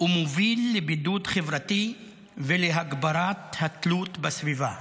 ומוביל לבידוד חברתי ולהגברת התלות בסביבה.